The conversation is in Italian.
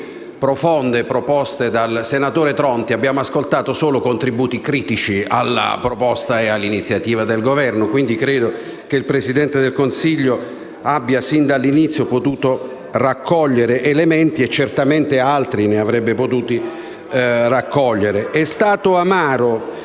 riflessioni proposte dal senatore Tronti, abbiamo ascoltato solo contributi critici alla proposta e all'iniziativa del Governo, quindi credo che il Presidente del Consiglio abbia sin dall'inizio potuto raccogliere elementi e certamente altri ne avrebbe potuti raccogliere. *(Commenti).*